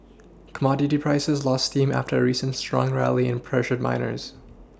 commodity prices lost steam after a recent strong rally and pressured miners